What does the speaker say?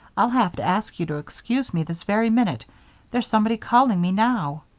i'll have to ask you to excuse me this very minute there's somebody calling me now.